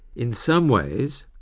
in some ways,